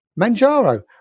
Manjaro